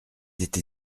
été